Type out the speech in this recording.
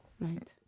right